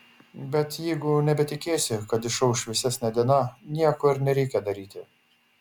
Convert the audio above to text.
bet jeigu nebetikėsi kad išauš šviesesnė diena nieko ir nereikia daryti